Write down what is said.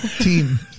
team